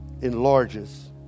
enlarges